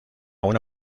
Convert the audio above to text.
una